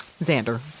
Xander